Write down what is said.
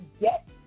get